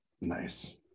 Nice